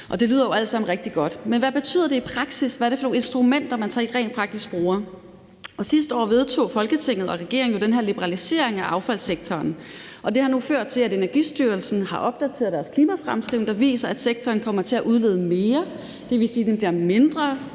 Det lyder jo alt sammen rigtig godt, men hvad betyder det i praksis? Hvad er det for nogle instrumenter, man rent praktisk bruger? Sidste år vedtog Folketinget og regeringen jo den her liberalisering af affaldssektoren, og det har nu ført til, at Energistyrelsen har opdateret deres klimafremskrivning. Den viser, at sektoren kommer til at udlede mere. Det vil sige, at den bliver mindre